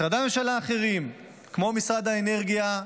משרדי הממשלה האחרים, כמו משרד האנרגיה,